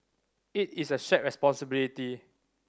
it is a shared responsibility